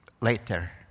Later